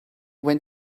went